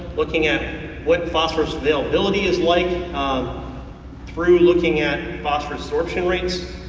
looking at what phosphorous availability is like um through looking at phosphorous sorption rates.